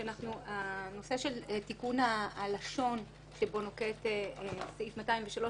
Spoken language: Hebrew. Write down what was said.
שתיקון הלשון שנוקט סעיף 203,